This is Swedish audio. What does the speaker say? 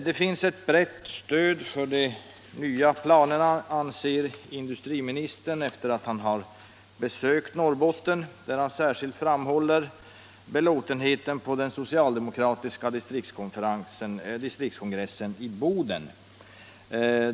Det finns ett brett stöd för de nya planerna, anser industriministern efter att ha besökt Norrbotten. Han framhåller särskilt belåtenheten på den socialdemokratiska distriktskongressen i Boden.